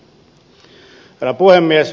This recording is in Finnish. herra puhemies